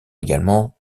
également